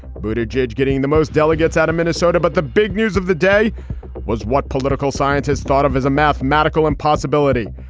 but a jej getting the most delegates out of minnesota. but the big news of the day was what political scientists thought of as a mathematical impossibility.